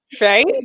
Right